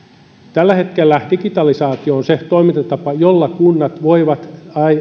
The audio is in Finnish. tällä hetkellä digitalisaatio on se toimintatapa jolla kunnat voivat